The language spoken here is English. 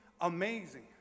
amazing